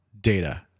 data